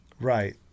Right